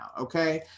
Okay